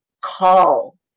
call